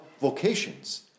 vocations